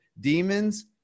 Demons